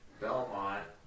Belmont